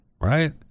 Right